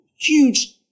huge